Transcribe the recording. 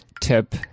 tip